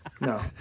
no